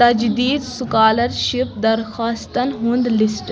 تجدیٖد سُکالرشِپ درخواستن ہُنٛد لسٹ